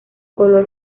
color